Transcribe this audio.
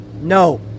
no